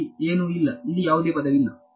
ಇಲ್ಲಿ ಏನೂ ಇಲ್ಲ ಇಲ್ಲಿ ಯಾವುದೇ ಪದವಿಲ್ಲ